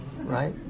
right